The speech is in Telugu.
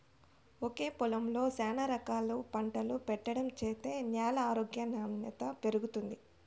ఒకే పొలంలో శానా రకాలు పంట పెట్టడం చేత్తే న్యాల ఆరోగ్యం నాణ్యత పెరుగుతుంది